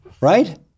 Right